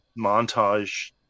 montage